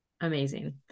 Amazing